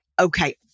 okay